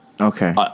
Okay